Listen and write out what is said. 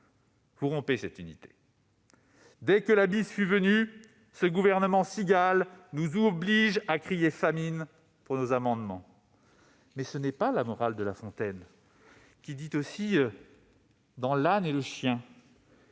Vous rompez cette unité. Dès que la bise fut venue, ce gouvernement cigale nous oblige à crier famine pour nos amendements ! Ce n'est pourtant pas la morale de La Fontaine, qui dit aussi, dans :« Il se